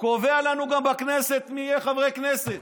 קובע לנו גם בכנסת מי יהיו חברי כנסת,